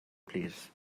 plîs